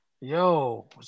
Yo